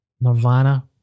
Nirvana